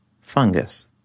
fungus